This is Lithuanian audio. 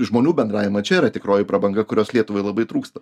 žmonių bendravimą čia yra tikroji prabanga kurios lietuvai labai trūksta